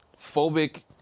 phobic